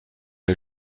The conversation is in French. est